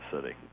City